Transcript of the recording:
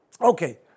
Okay